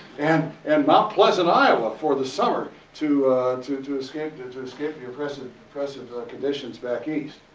and and mount pleasant, iowa for the summer to to to escape to to escape the oppressive depressive conditions back east.